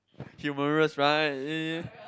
humorous right !ee!